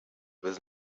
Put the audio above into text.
with